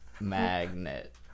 magnet